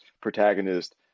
protagonist